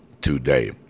today